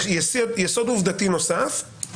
יסוד עובדתי נוסף זה